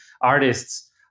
artists